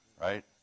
Right